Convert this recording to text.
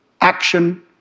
action